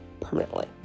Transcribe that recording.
permanently